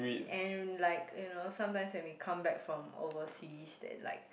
and like you know sometimes when we come back from overseas then like